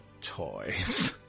toys